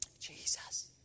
Jesus